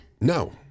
no